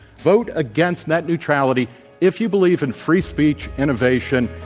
vote against net neutrality if you believe in free speech, innovation,